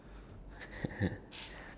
uh like best experience